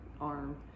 arm